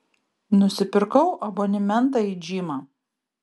nusipirkau abonimentą į džymą